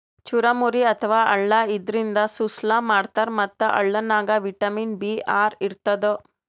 ಚುರಮುರಿ ಅಥವಾ ಅಳ್ಳ ಇದರಿಂದ ಸುಸ್ಲಾ ಮಾಡ್ತಾರ್ ಮತ್ತ್ ಅಳ್ಳನಾಗ್ ವಿಟಮಿನ್ ಬಿ ಆರ್ ಇರ್ತದ್